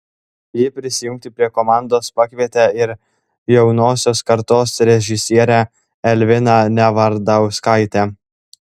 ji prisijungti prie komandos pakvietė ir jaunosios kartos režisierę elviną nevardauskaitę